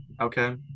Okay